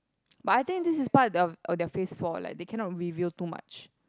but I think this is part of the of their phase four like they cannot reveal too much